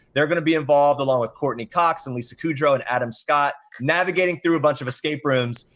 they're gonna be involved along with courteney cox and lisa kudrow and adam scott, navigating through a bunch of escape rooms.